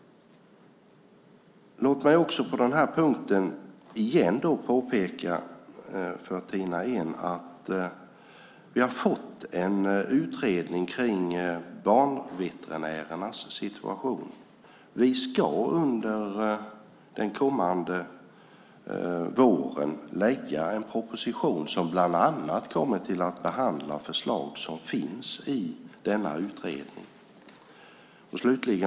Låt mig också på den punkten igen påpeka för Tina Ehn att vi har fått en utredning om banveterinärernas situation. Vi ska under den kommande våren lägga fram en proposition som bland annat kommer att behandla förslag som finns i denna utredning.